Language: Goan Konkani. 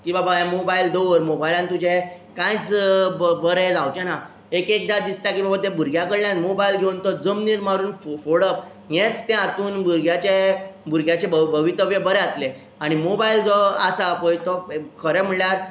की बाबा हे मोबायल दवर मोबायल तुजें कांयच ब बरें जावचें ना एक एकदां दिसता की बाबा त्या भुरग्यां कडल्यान मोबायल घेवन तो जमनीर मारून फो फोडप हेंच तें हातून भुरग्याचें भुरग्याचें भव भवितव्य बरें जातलें आनी मोबायल जो आसा पळय तो खरें म्हळ्ळ्यार